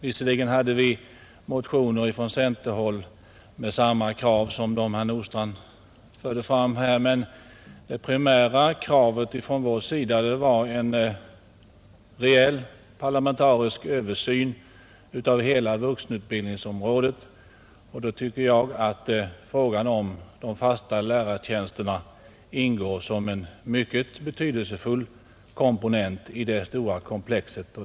Visserligen har vi från centerhåll väckt motioner med samma krav som de herr Nordstrandh fört fram här, men det primära 169 kravet från vår sida var en reell parlamentarisk översyn av hela vuxenutbildningsområdet, och där tycker jag att frågan om de fasta lärartjänsterna ingår som en mycket betydelsefull komponent i det stora komplexet.